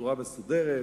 בצורה מסודרת,